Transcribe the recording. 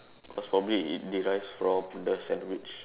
because probably it derives from the sandwich